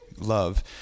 love